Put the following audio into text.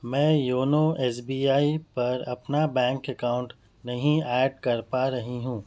میں YONO S B I پر اپنا بینک اکاؤنٹ نہیں ایڈ کر پا رہی ہوں